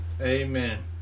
Amen